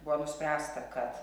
buvo nuspręsta kad